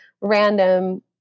random